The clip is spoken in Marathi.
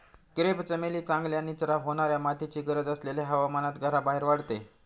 क्रेप चमेली चांगल्या निचरा होणाऱ्या मातीची गरज असलेल्या हवामानात घराबाहेर वाढते